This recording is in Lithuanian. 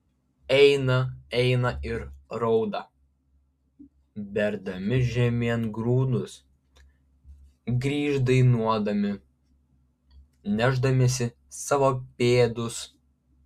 eina eina ir rauda berdami žemėn grūdus grįš dainuodami nešdamiesi savo pėdus